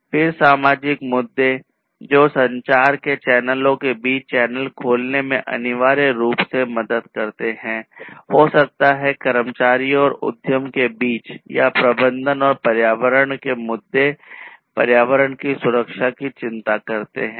फिर सामाजिक मुद्दे जो संचार के चैनलों के बीच चैनल खोलने में अनिवार्य रूप से मदद करते हैं हो सकता है कर्मचारियों और उद्यम के बीच या प्रबंधन और पर्यावरण के मुद्दे पर्यावरण की सुरक्षा की चिंता करते हैं